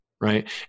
right